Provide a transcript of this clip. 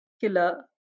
killer